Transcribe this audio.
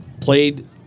played